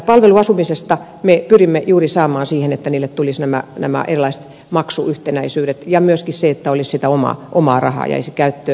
palveluasumiseen me pyrimme juuri saamaan siihen että niille tuli siellä nämä erilaiset maksuyhtenäisyydet ja myöskin pyrimme siihen että jäisi sitä omaa rahaa käyttöön